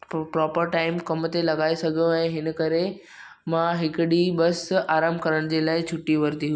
proper time कमु ते लॻाए सघो ऐं इनकरे मां हिकु ॾींहं बसि आरामु करण जे लाइ छुटी वरिती